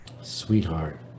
Sweetheart